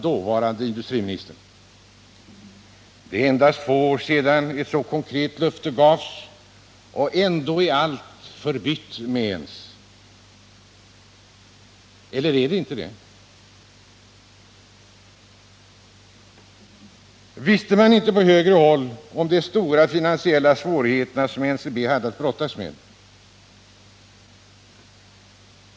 Det är endast två år sedan ett så konkret löfte gavs, och ändå är allt med ens förbytt. Eller är det inte det? Visste man inget på högre håll om de stora finansiella svårigheter som NCB hade att brottas med?